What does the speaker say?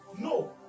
No